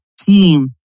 team